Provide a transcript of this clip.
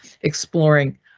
exploring